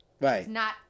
Right